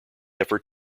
effort